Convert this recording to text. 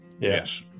Yes